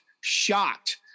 shocked